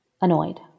Annoyed